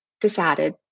decided